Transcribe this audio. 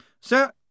Sir